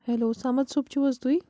hello Samad Sahib چھُو حظ تُہۍ